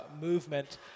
movement